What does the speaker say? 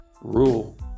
rule